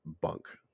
bunk